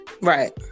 Right